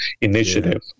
initiative